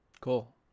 Cool